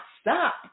stop